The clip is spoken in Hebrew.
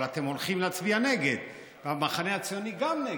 אבל אתם הולכים להצביע נגד, והמחנה הציוני גם נגד,